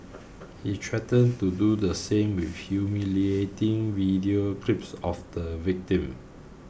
he threatened to do the same with humiliating video clips of the victim